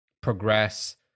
progress